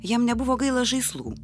jam nebuvo gaila žaislų